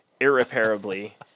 irreparably